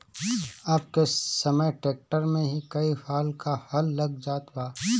अब के समय ट्रैक्टर में ही कई फाल क हल लाग जात बा